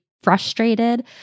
frustrated